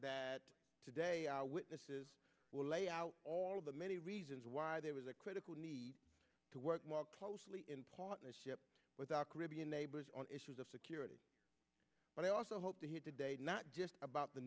that today our witnesses will lay out all of the many reasons why there was a critical need to work more closely in partnership with our caribbean neighbors on issues of security but i also hope to hear today not just about the